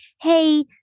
hey